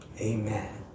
Amen